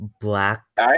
Black